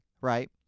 right